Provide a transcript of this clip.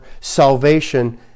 salvation